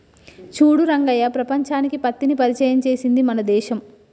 చూడు రంగయ్య ప్రపంచానికి పత్తిని పరిచయం చేసింది మన దేశం